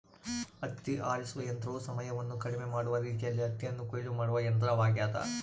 ಹತ್ತಿ ಆರಿಸುವ ಯಂತ್ರವು ಸಮಯವನ್ನು ಕಡಿಮೆ ಮಾಡುವ ರೀತಿಯಲ್ಲಿ ಹತ್ತಿಯನ್ನು ಕೊಯ್ಲು ಮಾಡುವ ಯಂತ್ರವಾಗ್ಯದ